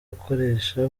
ukoresha